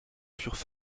furent